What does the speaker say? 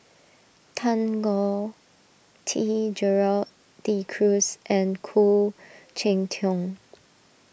Tan Choh Tee Gerald De Cruz and Khoo Cheng Tiong